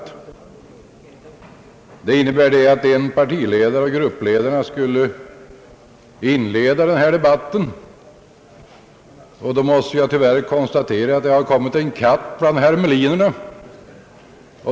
Det innebär att en partiledare och gruppledarna skulle in leda debatten. Då måste jag tyvärr konstatera att det har kommit en katt bland hermelinerna.